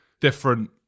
different